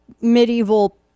medieval